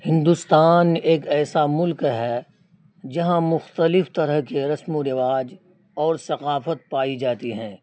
ہندوستان ایک ایسا ملک ہے جہاں مختلف طرح کے رسم و رواج اور ثقافت پائی جاتی ہیں